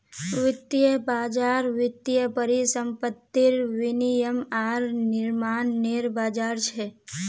वित्तीय बज़ार वित्तीय परिसंपत्तिर विनियम आर निर्माणनेर बज़ार छ